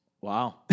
Wow